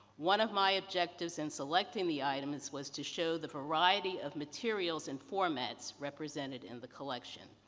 one of my objectives in selecting the items was to show the variety of materials and formats represented in the collection.